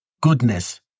goodness